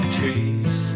trees